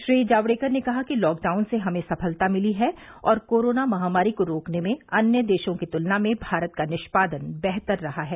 श्री जावड़ेकर ने कहा कि लॉकडाउन से हमें सफलता मिली है और कोरोना महामारी को रोकने में अन्य देशों की तुलना में भारत का निष्पादन बेहतर रहा है